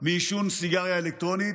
מעישון סיגריה אלקטרונית.